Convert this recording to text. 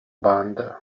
band